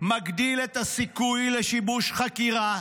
מגדיל את הסיכוי לשיבוש חקירה,